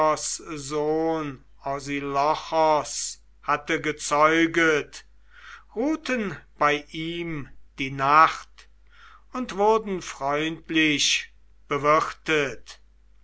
hatte gezeuget ruhten bei ihm die nacht und wurden freundlich bewirtet